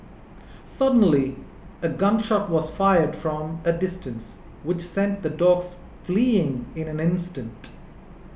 suddenly a gun shot was fired from a distance which sent the dogs fleeing in an instant